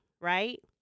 right